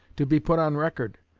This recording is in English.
to be put on record,